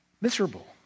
Miserable